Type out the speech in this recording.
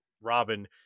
robin